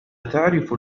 تعرف